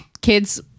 kids